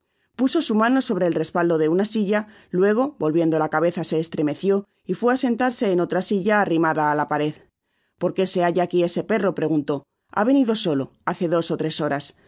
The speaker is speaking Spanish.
puso su mano sobre el respaldo de una silla luego volviendo la cabeza se estremeció y fué á sentarse en otra silla arrimada á la pared por qué se halla aqui ese perro preguntó ha venido solo hace dos ó tres horas